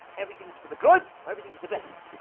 everything is for the good. everything is the best